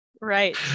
right